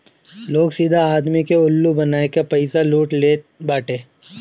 लोग सीधा आदमी के उल्लू बनाई के पईसा लूट लेत बाटे